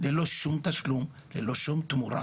ללא שום תשלום או תמורה.